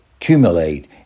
accumulate